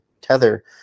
Tether